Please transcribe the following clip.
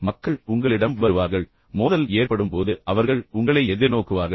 மக்கள் உங்களிடம் வருவார்கள் ஒரு மோதல் ஏற்படும் போதெல்லாம் அவர்கள் உங்களை எதிர்நோக்குவார்கள்